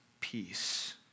peace